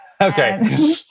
Okay